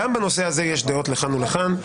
גם בנושא הזה יש דעות לכאן ולכאן,